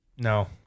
No